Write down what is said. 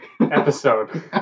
episode